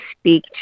speak